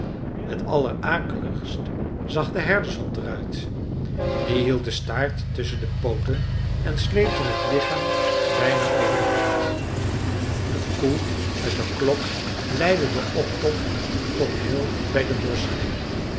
t allerakeligst zag de herdershond er uit die hield den staart tusschen de pooten en sleepte het lichaam bijna over den grond de koe met de klok leidde den optocht tot heel bij de